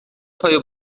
پای